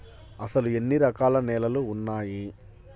అసలు ఎన్ని రకాల నేలలు వున్నాయి?